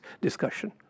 discussion